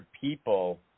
people